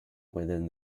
within